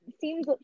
seems –